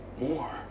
more